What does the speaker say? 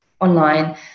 online